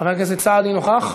חבר הכנסת סעדי נוכח?